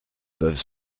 peuvent